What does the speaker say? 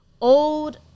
old